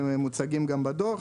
שמוצגים גם בדו"ח,